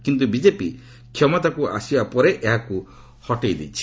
କିନ୍ତୁ ବିଜେପି କ୍ଷମତାକୁ ଆସିବା ପରେ ଏହାକୁ ହଟାଇ ଦେଇଛି